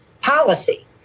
policy